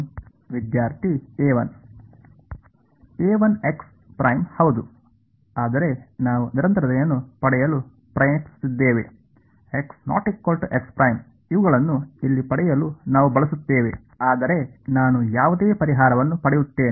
ವಿದ್ಯಾರ್ಥಿ ಹೌದು ಆದರೆ ನಾವು ನಿರಂತರತೆಯನ್ನು ಪಡೆಯಲು ಪ್ರಯತ್ನಿಸುತ್ತಿದ್ದೇವೆ ಇವುಗಳನ್ನು ಇಲ್ಲಿ ಪಡೆಯಲು ನಾವು ಬಳಸುತ್ತೇವೆ ಆದರೆ ನಾನು ಯಾವುದೇ ಪರಿಹಾರವನ್ನು ಪಡೆಯುತ್ತೇನೆ